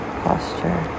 posture